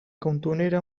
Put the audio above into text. cantonera